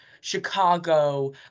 Chicago